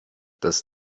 das